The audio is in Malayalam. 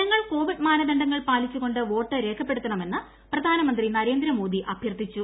ജനങ്ങൾ കോവിഡ് മാനദണ്ഡങ്ങൾ പാലിച്ചു്കൊണ്ട് വോട്ട് രേഖപ്പെടുത്തണമെന്ന് പ്രധാനമന്ത്രി നരേന്ദ്ര മോദി അഭ്യർത്ഥിച്ചു